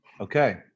Okay